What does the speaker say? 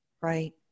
right